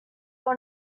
will